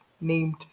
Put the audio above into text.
named